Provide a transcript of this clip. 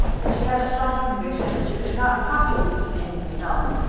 and she had a strong conviction that she could not possibly eat anything else.